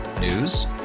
News